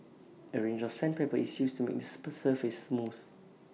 A range of sandpaper is used to make the surface smooth